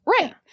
Right